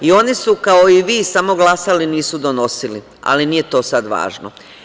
Oni su, kao i vi, samo glasali, nisu donosili, ali nije to sad važno.